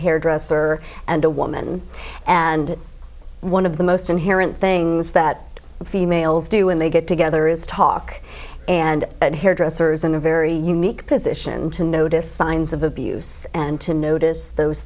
hairdresser and a woman and one of the most inherent things that females do when they get together is talk and hairdressers in a very unique position to notice signs of abuse and to notice those